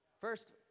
First